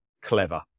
clever